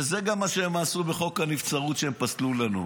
וזה מה שהם עשו גם בחוק הנבצרות שהם פסלו לנו.